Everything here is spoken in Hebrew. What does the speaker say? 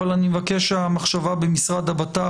אבל אני מבקש שהמחשבה במשרד לביטחון הפנים,